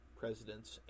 presidents